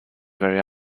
very